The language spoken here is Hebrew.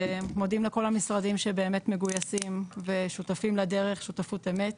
מודים לכל המשרדים שבאמת מגויסים ושותפים לדרך שותפות אמת,